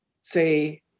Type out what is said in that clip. say